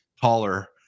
taller